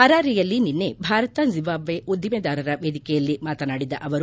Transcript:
ಪರಾರೆಯಲ್ಲಿ ನಿನ್ನೆ ಭಾರತ ಜಿಂಬಾಜ್ನೆ ಉದ್ಲಿಮೆದಾರರ ವೇದಿಕೆಯಲ್ಲಿ ಮಾತನಾಡಿದ ಅವರು